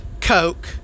Coke